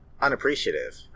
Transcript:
unappreciative